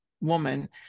woman